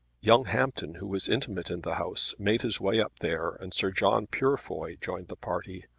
young hampton, who was intimate in the house, made his way up there and sir john purefoy joined the party.